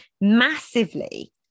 massively